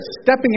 stepping